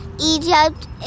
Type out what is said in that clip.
Egypt